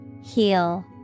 heal